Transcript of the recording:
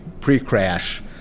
pre-crash